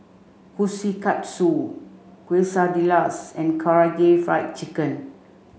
Kushikatsu Quesadillas and Karaage Fried Chicken